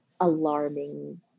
alarming